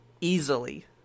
easily